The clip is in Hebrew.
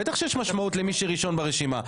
בטח שיש משמעות למי שראשון ברשימה,